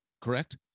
correct